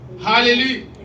Hallelujah